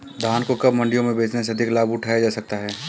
धान को कब मंडियों में बेचने से अधिक लाभ उठाया जा सकता है?